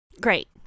Great